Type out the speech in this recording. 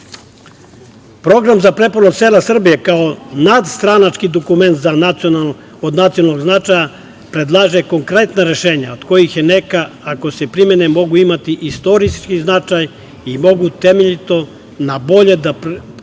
zemlje. Program za preporod sela Srbije, kao nadstranački dokument od nacionalnog značaja predlaže konkretna rešenja, od kojih neka ako se primete mogu imati istorijski značaj i mogu temeljito na bolje da promene